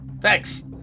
Thanks